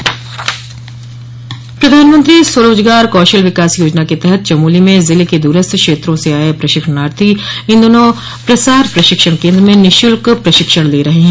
निःशुल्क प्रशिक्षण प्रधानमंत्री स्वरोजगार कौशल विकास योजना के तहत चमोली में जिले के द्रस्थ क्षेत्रों से आए प्रशिक्षणार्थी इन दिनों प्रसार प्रशिक्षण केंद्र में निःशुल्क प्रशिक्षण ले रहे हैं